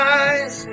eyes